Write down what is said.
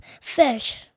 fish